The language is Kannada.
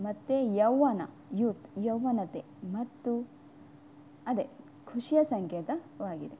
ಮತ್ತು ಯೌವನ ಯೂತ್ ಯೌವನತೆ ಮತ್ತು ಅದೇ ಖುಷಿಯ ಸಂಕೇತವಾಗಿದೆ